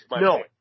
No